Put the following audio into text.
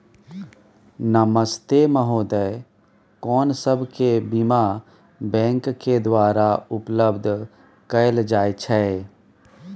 नमस्ते महोदय, कोन सब प्रकार के बीमा बैंक के द्वारा उपलब्ध कैल जाए छै?